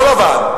לא לבן,